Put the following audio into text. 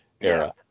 era